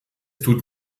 tut